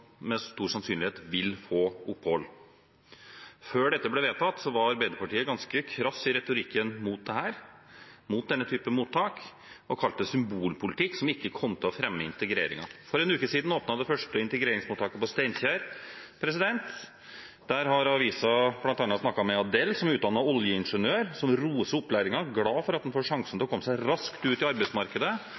med stor sannsynlighet vil få opphold. Før dette ble vedtatt, var Arbeiderpartiet ganske krass i retorikken mot dette, mot denne type mottak og kalte det symbolpolitikk som ikke kom til å fremme integreringen. For en uke siden åpnet det første integreringsmottaket på Steinkjer. Der har Adresseavisen bl.a. snakket med Adel, som er utdannet oljeingeniør, som roser opplæringen og er glad for at han får sjansen til å komme seg raskt ut i arbeidsmarkedet.